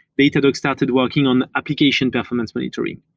datadog started working on application performance monitoring.